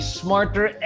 smarter